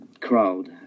crowd